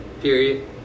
period